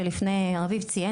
שרביב ציין,